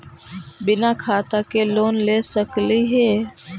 बिना खाता के लोन ले सकली हे?